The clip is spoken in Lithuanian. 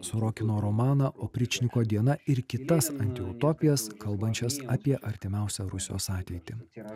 sorokino romaną opričniko diena ir kitas antiutopijas kalbančias apie artimiausią rusijos ateitį